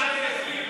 אל תכליל.